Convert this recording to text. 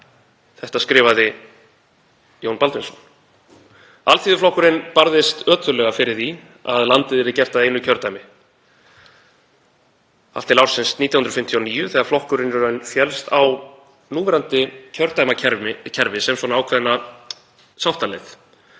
Þetta skrifaði Jón Baldvinsson. Alþýðuflokkurinn barðist ötullega fyrir því að landið yrði gert að einu kjördæmi allt til ársins 1959 þegar flokkurinn í raun féllst á núverandi kjördæmakerfi sem ákveðna sáttaleið.